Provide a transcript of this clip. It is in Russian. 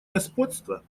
господства